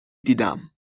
دیدم